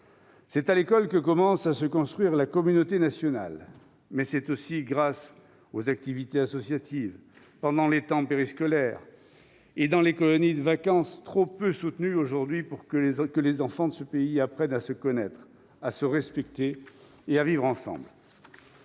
à l'école que commence à se construire la communauté nationale, mais aussi grâce aux activités associatives, pendant les temps périscolaires, et dans les colonies de vacances, trop peu soutenues aujourd'hui pour que les enfants de ce pays apprennent à se connaître, à se respecter et à vivre ensemble.